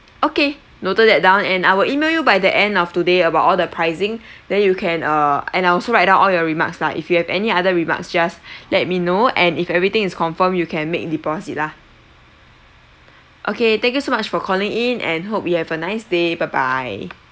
okay noted that down and I will email you by the end of today about all the pricing then you can err and I'll also write down all your remarks lah if you have any other remarks just let me know and if everything is confirm you can make deposit lah okay thank you so much for calling in and hope you have a nice day bye bye